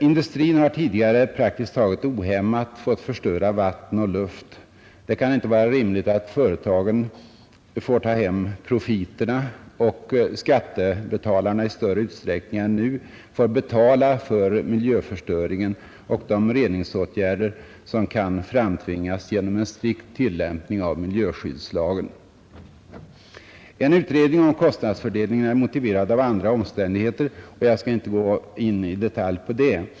Industrin har tidigare praktiskt taget ohämmat fått förstöra vatten och luft. Det kan inte vara rimligt att företagen får ta hem profiterna och skattebetalarna i större utsträckning än nu får betala för miljöförstöringen och de reningsåtgärder som kan framtvingas genom en strikt tillämpning av miljöskyddslagen. En utredning om kostnadsfördelningen är motiverad av andra omständigheter, men jag skall inte gå in i detalj på dem.